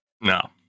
No